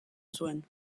zuen